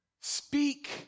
speak